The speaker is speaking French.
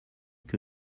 que